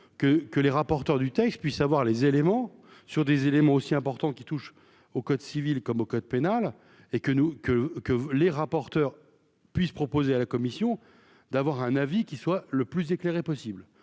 que les rapporteurs du texte puisse avoir les éléments sur des éléments aussi importants qui touche au code civil comme au code pénal et que nous que que les rapporteurs puisse proposer à la commission d'avoir un avis qui soit le plus éclairé possible